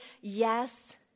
Yes